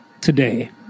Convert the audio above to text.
today